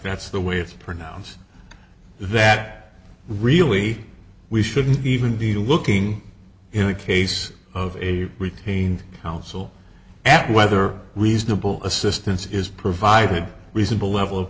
that's the way of pronounce that really we shouldn't even be looking in the case of a routine housel at whether reasonable assistance is provided reasonable level of